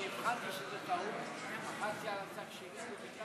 כשהבחנתי שזו טעות, לחצתי על הצג שלי.